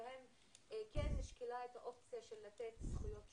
שבהם כן נשקלה האופציה של לתת זכויות שונות.